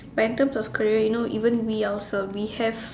but in terms of career you know even we also we have